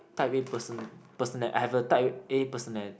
type A person person I have a type A personality